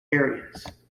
areas